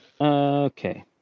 Okay